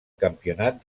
campionat